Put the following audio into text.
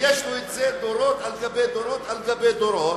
שיש לו דורות על גבי דורות,